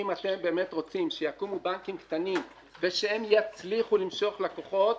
אם אתם באמת רוצים שיקומו בנקים קטנים ושהם יצליחו למשוך לקוחות,